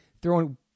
throwing